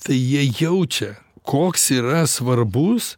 tai jie jaučia koks yra svarbus